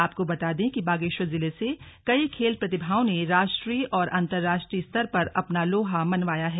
आपको बता दें कि बागेश्वर जिले से कई खेल प्रतिभाओं ने राष्ट्रीय और अंतरराष्ट्रीय स्तर पर अपना लोहा मनवाया है